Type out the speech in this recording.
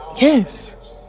Yes